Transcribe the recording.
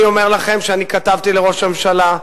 אני אומר לכם שאני כתבתי לראש הממשלה,